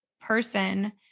person